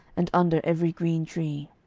and under every green tree.